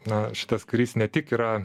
na šitas karys ne tik yra